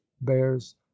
bears